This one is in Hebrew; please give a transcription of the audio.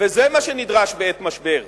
וזה מה שנדרש בעת משבר.